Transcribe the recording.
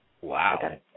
wow